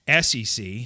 SEC